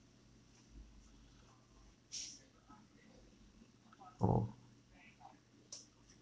oh